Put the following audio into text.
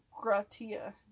Gratia